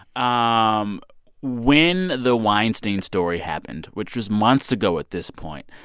um when the weinstein story happened, which was months ago at this point,